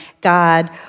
God